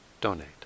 donate